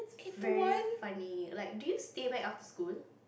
very funny like do you stay back after school